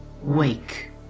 wake